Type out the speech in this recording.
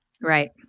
Right